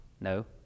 no